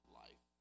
life